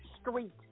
street